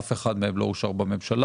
אף אחד מהם לא אושר בממשלה.